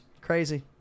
Crazy